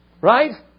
Right